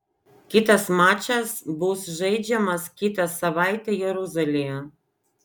kitas mačas bus žaidžiamas kitą savaitę jeruzalėje